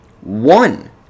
one